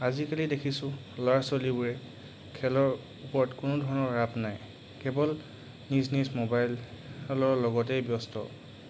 আজিকালি দেখিছোঁ ল'ৰা ছোৱালীবোৰে খেলৰ ওপৰত কোনো ধৰণৰ ৰাপ নাই কেৱল নিজ নিজ মোবাইলৰ লগতেই ব্যস্ত